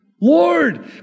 Lord